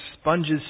sponges